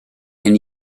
and